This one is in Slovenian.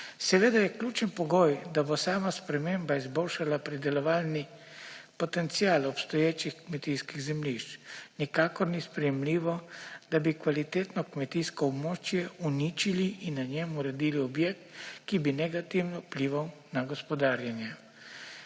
Seveda pa je ključen pogoj, da bo sama sprememba izboljšala pridelovalni potencial obstoječih kmetijskih zemljišč. Nikakor ni sprejemljivo, da bi kvalitetno kmetijsko območje uničili in na njem uredili objekt, ki bi negativno vplival na gospodarjenje.